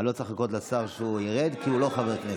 לא צריך לחכות לשר שהוא ירד, כי הוא לא חבר כנסת.